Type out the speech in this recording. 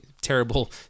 terrible